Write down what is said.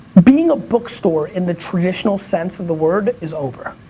being a bookstore in the traditional sense of the word is over,